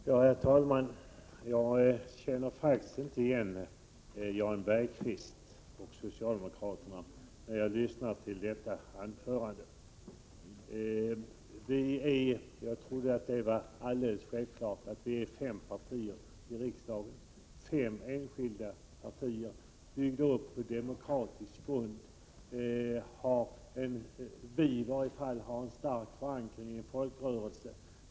Herr talman! Jag känner faktiskt inte igen Jan Bergqvist och socialdemokraterna när jag lyssnar till hans anförande. Vi är fem partier i riksdagen — jag trodde att det var alldeles självklart. Det finns fem partier som är uppbyggda på demokratisk grund. I varje fall vi i centern har en stark förankring i folkrörelsen.